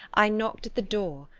i knocked at the door,